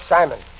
Simon